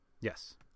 Yes